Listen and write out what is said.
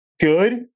good